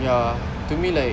ya to me like